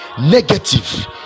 negative